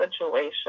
situation